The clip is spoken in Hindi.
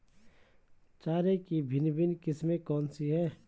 चारे की भिन्न भिन्न किस्में कौन सी हैं?